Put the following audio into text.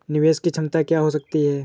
निवेश की क्षमता क्या हो सकती है?